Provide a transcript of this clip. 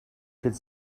could